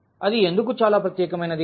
అది ఎందుకు చాలా ప్రత్యేకమైనది